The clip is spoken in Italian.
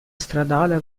stradale